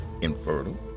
infertile